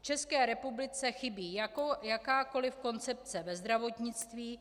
V České republice chybí jakákoli koncepce ve zdravotnictví.